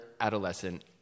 adolescent